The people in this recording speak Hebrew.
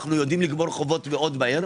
אנו יודעים לגמור חובות מאוד מהר.